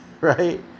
right